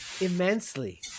immensely